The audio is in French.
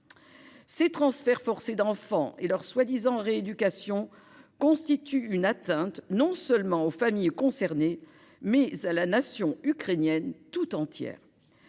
Ces transferts forcés d'enfants et leur prétendue rééducation constituent une atteinte, non seulement aux familles concernées, mais également à la nation ukrainienne tout entière.